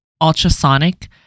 ultrasonic